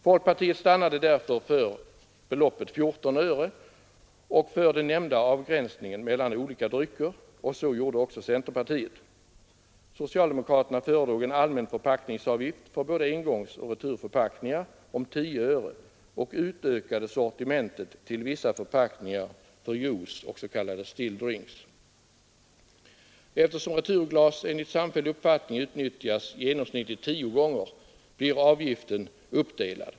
Folkpartiet stannade därför för beloppet 14 öre och för den nämnda avgränsningen mellan olika drycker, och så gjorde också centerpartiet. Socialdemokraterna föredrog en allmän förpackningsavgift för både engångsoch returförpackningar om 10 öre och utökade sortimentet till vissa förpackningar för juice och s.k. stilldrinks. Eftersom returglas enligt samfälld uppfattning utnyttjas genomsnittligt tio gånger blir avgiften uppdelad.